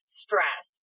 stress